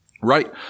Right